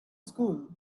school